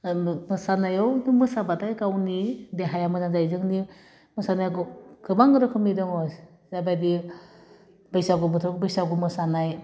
मोसानायाव मोसाबाथाइ गावनि देहाया मोजां जायो जोंनि मोसानाया गोबां रोखोमनि दङ जाबाय बे बैसागु बोथोराव बैसागु मोसानाय